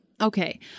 Okay